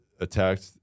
attacked